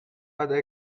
other